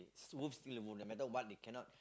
lose still lose no matter what they cannot